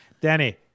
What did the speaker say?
Danny